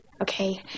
okay